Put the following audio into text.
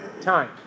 time